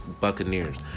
Buccaneers